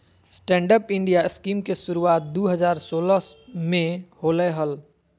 stand up India scheme के शुरुआत दू हज़ार सोलह में होलय हल